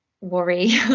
worry